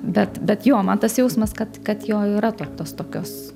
bet bet jo man tas jausmas kad kad jo yra to tos tokios